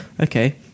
Okay